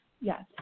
Yes